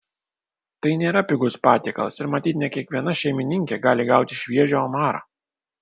tai nėra pigus patiekalas ir matyt ne kiekviena šeimininkė gali gauti šviežią omarą